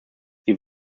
sie